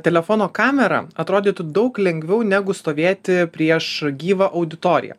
telefono kamerą atrodytų daug lengviau negu stovėti prieš gyvą auditoriją